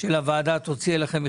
של הוועדה תוציא לכם,